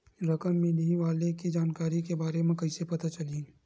रकम मिलही वाले के जानकारी के बारे मा कइसे पता चलही?